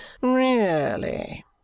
Really